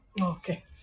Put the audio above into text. Okay